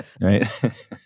Right